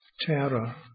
Terror